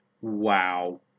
Wow